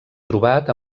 trobat